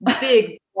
Big